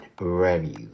Review